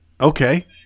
Okay